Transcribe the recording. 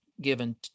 given